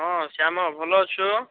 ହଁ ଶ୍ୟାମ ଭଲ ଅଛୁ